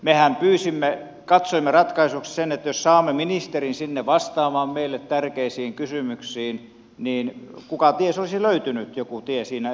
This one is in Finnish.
mehän katsoimme ratkaisuksi sen että jos saamme ministerin sinne vastaamaan meille tärkeisiin kysymyksiin niin kuka ties olisi löytynyt joku tie siinä eteenpäin mutta